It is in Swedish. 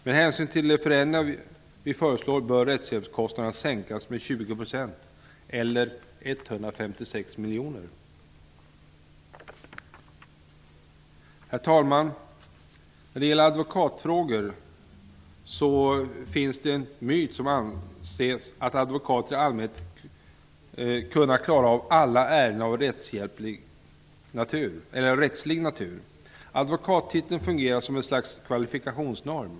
Med hänsyn till de förändringar vi föreslår bör rättshjälpskostnaderna sänkas med Herr talman! När det gäller advokatfrågor finns det en myt som säger att advokater i allmänhet skall kunna klara alla ärenden av rättslig natur. Advokattiteln fungerar som ett slags kvalifikationsnorm.